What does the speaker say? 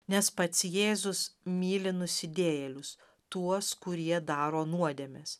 nes pats jėzus myli nusidėjėlius tuos kurie daro nuodėmes